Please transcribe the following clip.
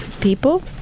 People